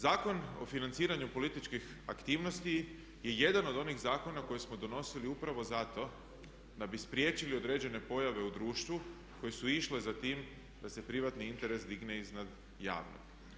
Zakon o financiranju političkih aktivnosti je jedan od onih zakona koji smo donosili upravo zato da bi spriječili određene pojave u društvu koje su išle za tim da se privatni interes digne iza javnog.